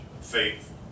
faith